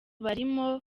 barimo